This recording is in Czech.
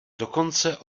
dokonce